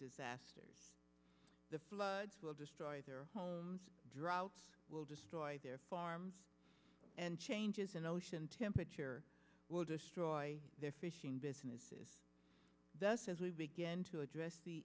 disasters the floods will destroy their homes droughts will destroy their farms and changes in ocean temperature will destroy their fishing businesses thus as we begin to address the